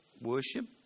worship